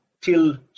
till